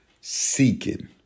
seeking